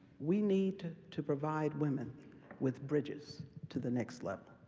we need to provide women with bridges to the next level.